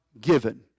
given